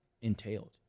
entailed